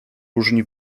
różni